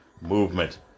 Movement